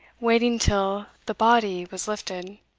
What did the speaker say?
waiting till the body was lifted.